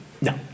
No